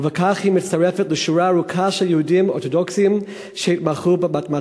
ובכך היא מצטרפת לשורה ארוכה של יהודים אורתודוקסים שבחרו במתמטיקה.